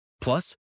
Plus